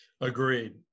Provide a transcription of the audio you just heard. Agreed